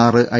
ആറ് ഐ